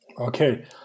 Okay